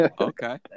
okay